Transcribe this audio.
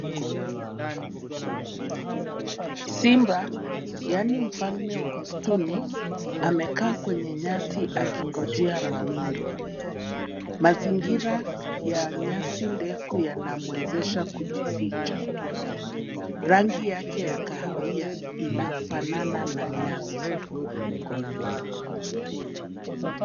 Simba, yaani mfalme wa msituni amekaa kwenye nyasi akingojea mawindo Mazingira ya nyasi ndefu ya namwezesha kujificha. Rangi yake ya kahawia inafanana na nyasi.